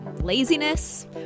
laziness